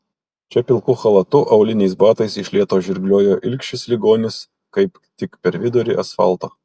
čia pilku chalatu auliniais batais iš lėto žirgliojo ilgšis ligonis kaip tik per vidurį asfalto